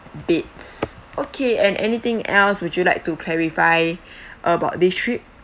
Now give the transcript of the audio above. beds okay and anything else would you like to clarify about this trip